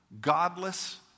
Godless